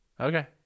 okay